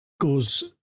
goes